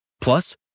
Plus